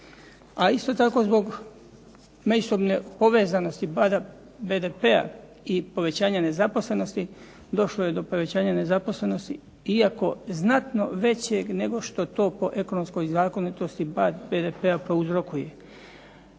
A isto tako zbog međusobne povezanosti pada BDP-a i povećanja nezaposlenosti došlo je do povećanja nezaposlenosti iako znatno većeg nego što to po ekonomskoj zakonitosti pad BDP-a prouzrokuje.